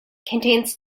contains